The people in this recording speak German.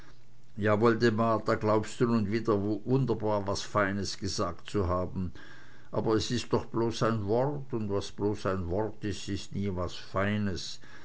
ja woldemar da glaubst du nun wieder wunder was feines gesagt zu haben aber es ist doch bloß ein wort und was bloß ein wort ist ist nie was feines